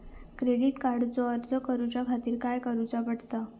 Credit कार्डचो अर्ज करुच्या खातीर काय करूचा पडता?